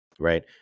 Right